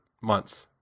months